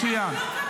מצוין.